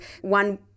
one